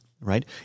right